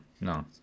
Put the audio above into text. No